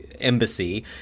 embassy